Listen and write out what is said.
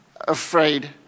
afraid